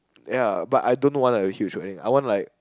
ya but I don't know want a huge or anything I want like